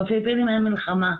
בפיליפינים אין מלחמה,